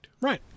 Right